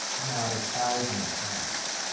not a thousand times,